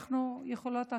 אנחנו יכולות הכול.